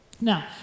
Now